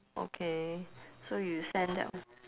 okay so you send that one